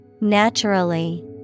Naturally